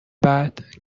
بعد